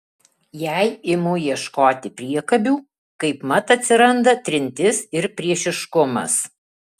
jei imu ieškoti priekabių kaipmat atsiranda trintis ir priešiškumas